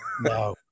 no